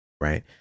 right